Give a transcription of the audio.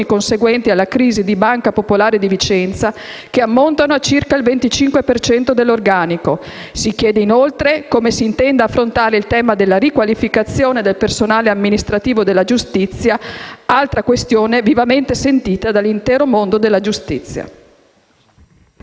conseguenti alla crisi della Banca popolare di Vicenza, che ammontano a circa il 25 per cento dell'organico). Si chiede inoltre come si intenda affrontare il tema della riqualificazione del personale amministrativo della giustizia, altra questione vivamente sentita dall'intero mondo della giustizia.